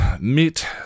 meet